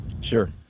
Sure